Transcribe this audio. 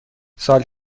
سال